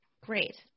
Great